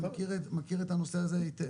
מכיר את הנושא הזה היטב,